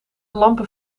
lampen